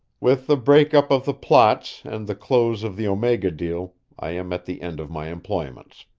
with the break-up of the plots and the close of the omega deal, i am at the end of my employments.